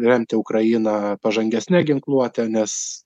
remti ukrainą pažangesne ginkluote nes